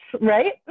right